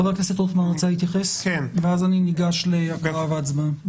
חבר הכנסת רוטמן רצה להתייחס ואז אני ניגש להקראה והצבעה.